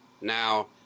Now